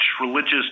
religious